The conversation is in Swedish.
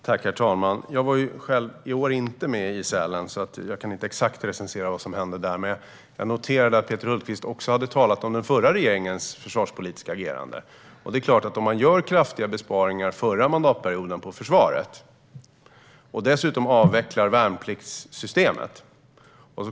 Herr talman! Jag var i år inte med i Sälen, så jag kan inte exakt recensera vad som hände där. Men jag noterade att Peter Hultqvist också hade talat om den förra regeringens försvarspolitiska agerande. Man gjorde under förra mandatperioden kraftiga besparingar på försvaret. Dessutom avvecklade man värnpliktssystemet.